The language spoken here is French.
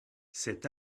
cet